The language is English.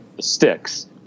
sticks